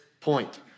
point